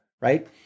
right